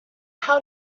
how